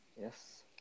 Yes